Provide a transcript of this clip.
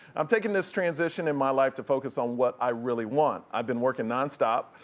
i'm taking this transition in my life to focus on what i really want. i've been working nonstop,